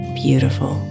beautiful